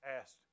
asked